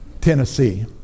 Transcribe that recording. Tennessee